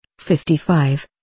55